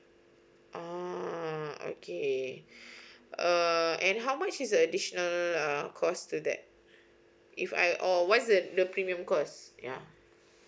oh okay err and how much is the additional err cost to that if I or what's the premium cost ya